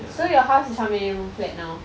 so your house is how many rooms flat now